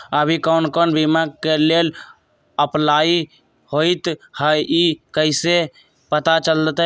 अभी कौन कौन बीमा के लेल अपलाइ होईत हई ई कईसे पता चलतई?